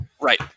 right